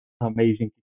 amazing